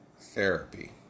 therapy